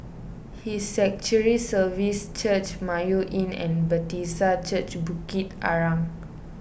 His Sanctuary Services Church Mayo Inn and Bethesda Church Bukit Arang